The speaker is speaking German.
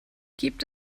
gibt